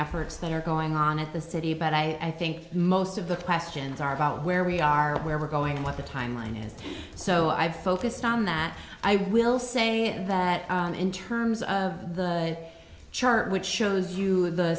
efforts that are going on at the city but i think most of the questions are about where we are and where we're going and what the timeline is so i've focused on that i will say that in terms of the chart which shows you the